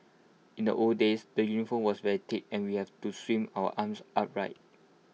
in the old days the uniform was very thick and we had to swing our arms upright